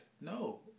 No